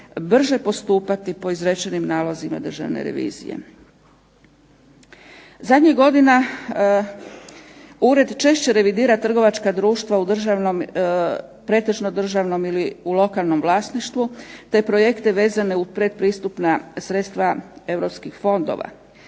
brže postupati po izrečenim nalozima državne revizije. Zadnja godina ured češće revidira trgovačka društva u državnom, pretežno državnom ili u lokalnom vlasništvu, te projekte vezane u pretpristupna sredstva europskih fondova.